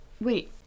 Wait